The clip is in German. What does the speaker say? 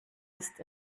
ist